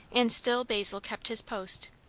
and still basil kept his post.